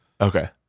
Okay